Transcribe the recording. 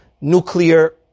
nuclear